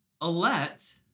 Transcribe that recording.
Alette